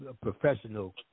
professional